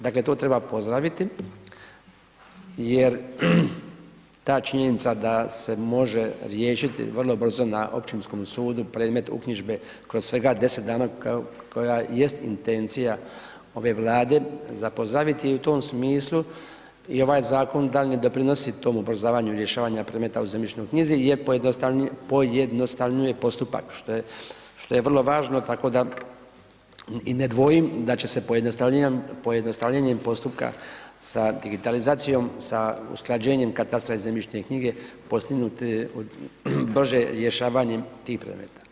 Dakle, to treba pozdraviti jer ta činjenica da se može riješiti vrlo brzo na općinskom sudu predmet uknjižbe kroz svega 10 dana kao koja jest intencija ove Vlade ... u tom smislu i ovaj zakon dalje doprinosi tomu ubrzavanju rješavanja predmeta u zemljišnoj knjizi jer pojednostavljuje postupak, što je vrlo važno, tako da i ne dvojim da će se pojednostavljenjem postupka sa digitalizacijom, sa usklađenjem katastra i zemljišne knjige postignuti brže rješavanjem tih predmeta.